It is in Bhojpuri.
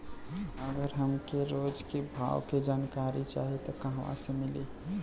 अगर हमके रोज के भाव के जानकारी चाही त कहवा से मिली?